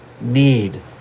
need